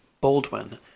Baldwin